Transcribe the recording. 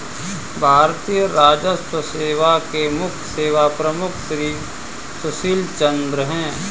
भारतीय राजस्व सेवा के मुख्य सेवा प्रमुख श्री सुशील चंद्र हैं